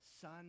son